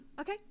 Okay